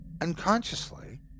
Unconsciously